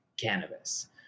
cannabis